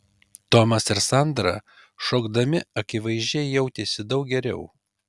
tomas ir sandra šokdami akivaizdžiai jautėsi daug geriau